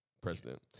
president